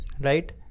right